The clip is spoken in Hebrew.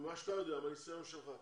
ממה שאתה יודע, ומהניסיון שלך.